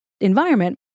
environment